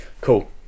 cool